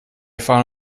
fahren